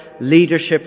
leadership